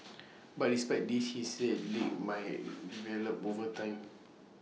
but despite this he said leaks might develop over time